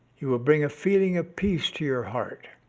he will bring a feeling of peace to your heart.